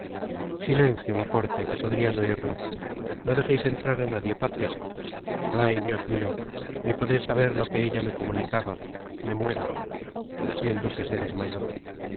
silencio laporte que podrian oiros no dejeis entrar á nadie patrick ay dios mio ni podré saber lo que ella me comunicaba i me muero y el duque se desmayó